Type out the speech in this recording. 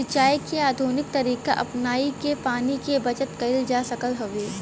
सिंचाई के आधुनिक तरीका अपनाई के पानी के बचत कईल जा सकत हवे